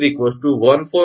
73 1418